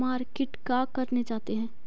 Market का करने जाते हैं?